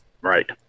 Right